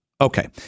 Okay